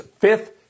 fifth